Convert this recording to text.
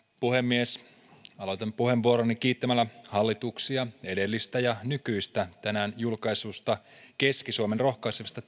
puhemies aloitan puheenvuoroni kiittämällä hallituksia edellistä ja nykyistä tänään julkaistuista keski suomen rohkaisevista